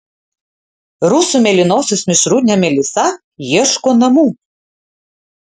rusų mėlynosios mišrūnė melisa ieško namų